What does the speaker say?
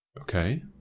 Okay